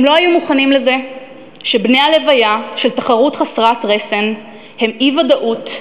הם לא היו מוכנים לזה שבני הלוויה של תחרות חסרת רסן הם אי-ודאות,